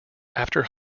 after